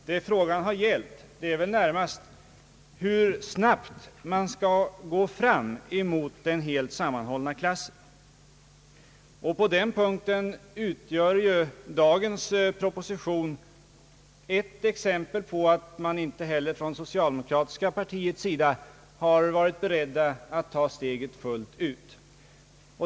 Vad frågan har gällt är väl närmast hur snabbt man skall gå fram mot den helt sammanhållna klassen. På den punkten utgör dagens proposition ett exempel på att man inte heller på det socialdemokratiska partiets sida har varit beredd att ta steget fullt ut.